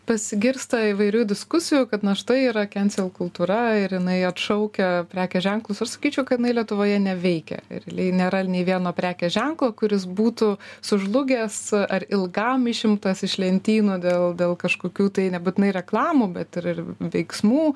pasigirsta įvairių diskusijų kad na štai yra kensil kultūra ir jinai atšaukia prekės ženklus aš sakyčiau kad lietuvoje neveikia realiai nėra nei vieno prekės ženklo kuris būtų sužlugęs ar ilgam išimtas iš lentynų dėl dėl kažkokių tai nebūtinai reklamų bet ir ir veiksmų